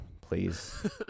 please